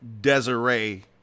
Desiree